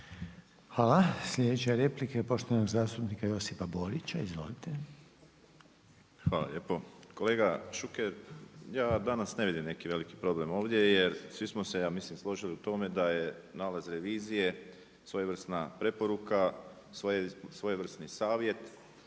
Hvala. Sljedeća replika je poštovanog zastupnika Josipa Borića. Izvolite. **Borić, Josip (HDZ)** Hvala lijepo. Kolega Šuker, ja danas ne vidim neki veliki problem ovdje jer svi smo se ja mislim složili u tome da je nalaz revizije svojevrsna preporuka, svojevrsni savjet